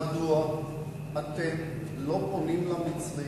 מדוע אתם לא פונים למצרים